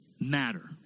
matter